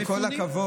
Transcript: עם כל הכבוד,